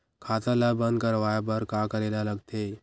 खाता ला बंद करवाय बार का करे ला लगथे?